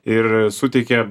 ir suteikė